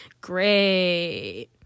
Great